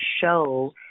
show